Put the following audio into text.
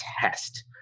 test